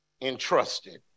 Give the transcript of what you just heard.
entrusted